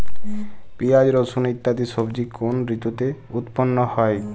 পিঁয়াজ রসুন ইত্যাদি সবজি কোন ঋতুতে উৎপন্ন হয়?